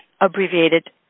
abbreviated